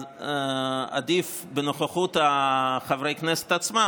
עדיף בנוכחות חברי הכנסת עצמם,